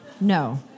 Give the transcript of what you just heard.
No